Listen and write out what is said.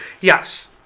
Yes